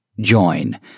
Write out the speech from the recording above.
join